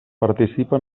participa